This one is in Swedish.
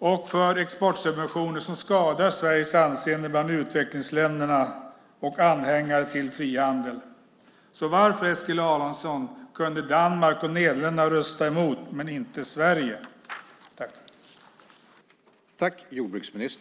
röstade för exportsubventioner som skadar Sveriges anseende bland utvecklingsländerna och anhängare till frihandel. Varför, Eskil Erlandsson, kunde Danmark och Nederländerna rösta emot men inte Sverige?